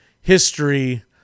history